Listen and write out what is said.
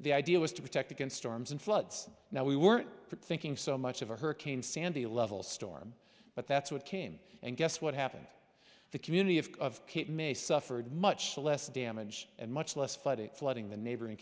the idea was to protect against storms and floods now we weren't thinking so much of a hurricane sandy level storm but that's what came and guess what happened the community of of cape may suffered much less damage and much less flooding flooding the neighboring